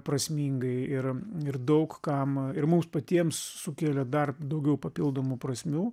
prasmingai ir ir daug kam ir mums patiems sukėlė dar daugiau papildomų prasmių